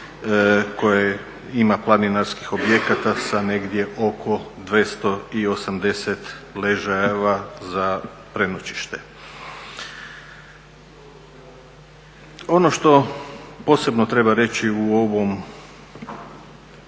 koje ima planinarskih objekata sa negdje oko 280 ležajeva za prenoćište. Ono što posebno treba reći u ovom